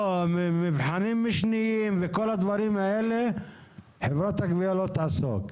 מבחנים משניים וכל הדברים האלה חברת הגבייה לא תעסוק בהם.